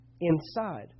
inside